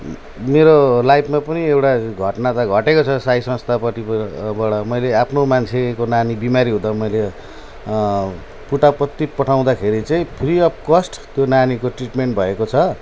मेरो लाइफमा पनि एउटा घटना त घटेको छ साई संस्थापट्टिबाट मैले आफ्नो मान्छेको नानी बिरामी हुँदा मैले पुट्टपर्ति पठाउँदाखेरि चाहिँ फ्री अफ कस्ट त्यो नानीको ट्रिटमेन्ट भएको छ